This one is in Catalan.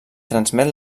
transmet